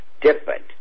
different